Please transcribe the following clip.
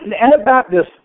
Anabaptists